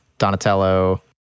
donatello